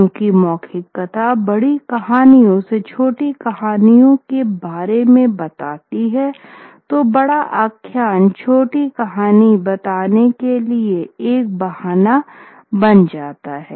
क्योंकि मौखिक कथा बड़ी कहानियों से छोटी कहानियों के बारे में बताती है तो बड़ा आख्यान छोटी कहानी बताने के लिए एक बहाना बन जाता है